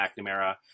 McNamara